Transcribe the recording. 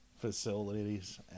facilities